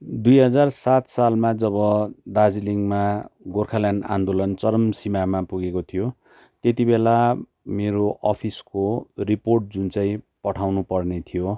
दुई हजार सात सालमा जब दार्जिलिङमा गोर्खाल्यान्ड आन्दोलन चरम सिमामा पुगेको थियो त्यतिबेला मेरो अफिसको रिपोर्ट जुन चाहिँ पठाउनुपर्ने थियो